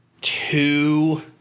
two